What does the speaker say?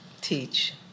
teach